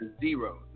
zero